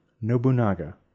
Nobunaga